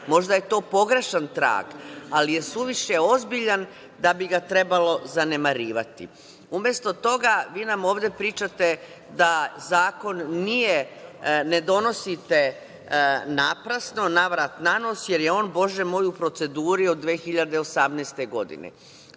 možda je to pogrešan trag, ali je suviše ozbiljan da bi ga trebalo zanemarivati. Umeto toga, vi nam ovde pričate da zakon ne donosite naprasno, navrat-nanos, jer je on, Bože moj, u proceduri od 2018. godine.